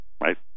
right